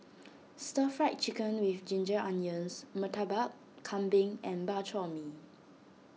Stir Fried Chicken with Ginger Onions Murtabak Kambing and Bak Chor Mee